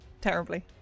Terribly